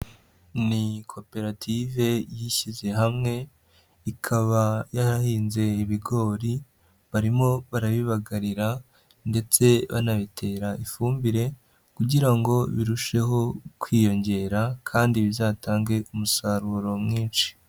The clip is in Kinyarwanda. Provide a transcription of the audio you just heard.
Ni koperative yishyize hamwe, ikaba yarahinze ibigori, barimo barabibagarira ndetse banabitera ifumbire kugira ngo birusheho kwiyongera kandi bizatange umusaruro mwinshi.